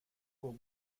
will